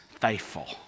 faithful